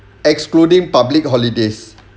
excluding public holidays